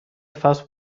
فصل